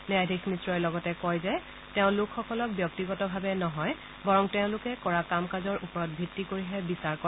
ন্যায়াধীশ মিশ্ৰই লগতে কয় যে তেওঁ লোকসকলক ব্যক্তিগতভাৱে নহয় বৰং তেওঁলোকে কৰা কাম কাজৰ ওপৰত ভিত্তি কৰিহে বিচাৰ কৰে